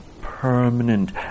permanent